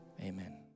Amen